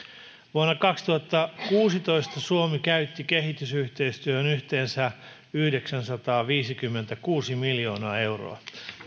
vuonna kaksituhattakuusitoista suomi käytti kehitysyhteistyöhön yhteensä yhdeksänsataaviisikymmentäkuusi miljoonaa euroa